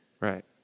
right